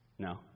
No